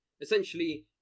Essentially